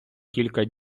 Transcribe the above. кілька